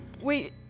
wait